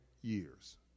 years